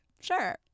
sure